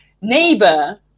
neighbor